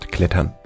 Klettern